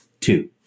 two